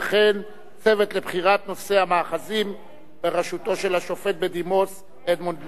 וכן הצוות לבחינת נושא המאחזים בראשותו של השופט בדימוס אדמונד לוי.